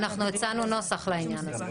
הצענו גם נוסח לעניין הזה.